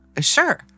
Sure